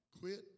Quit